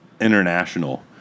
International